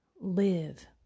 live